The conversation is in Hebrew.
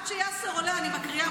עד שיאסר עולה, אני מקריאה.